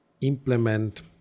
implement